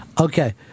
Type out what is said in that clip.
Okay